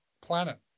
Planet